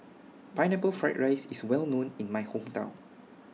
Pineapple Fried Rice IS Well known in My Hometown